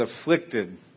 afflicted